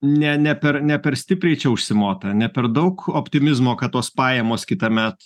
ne ne per ne per stipriai čia užsimota ne per daug optimizmo kad tos pajamos kitąmet